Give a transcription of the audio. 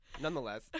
Nonetheless